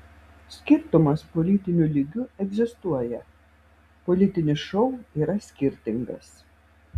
skirtumas politiniu lygiu egzistuoja politinis šou yra skirtingas